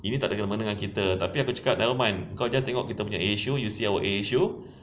ini tak kena mengena dengan kita tapi aku cakap nevermind kau just tengok kita punya issue you see our air issue